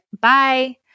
bye